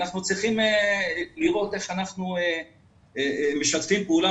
אנחנו צריכים לראות איך אנחנו משתפים פעולה